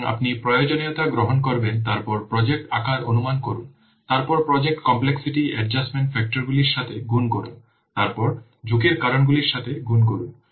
সুতরাং আপনি প্রয়োজনীয়তা গ্রহণ করবেন তারপর প্রজেক্টের আকার অনুমান করুন তারপর প্রজেক্ট কমপ্লেক্সিটি অ্যাডজাস্টমেন্ট ফ্যাক্টরগুলির সাথে গুণ করুন তারপর ঝুঁকির কারণগুলির সাথে গুণ করুন